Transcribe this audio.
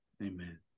Amen